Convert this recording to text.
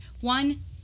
one